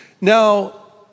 Now